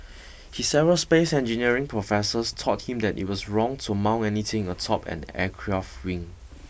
his aerospace engineering professors taught him that it was wrong to mount anything atop an aircraft wing